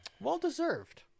well-deserved